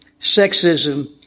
sexism